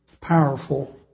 powerful